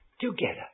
together